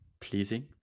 pleasing